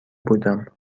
بودم